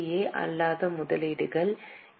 ஏ அல்லாத முதலீடுகள் என்